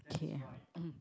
okay mm